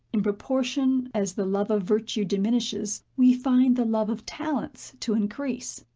in proportion as the love of virtue diminishes, we find the love of talents to increase.